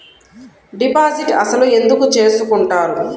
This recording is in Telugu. డిపాజిట్ అసలు ఎందుకు చేసుకుంటారు?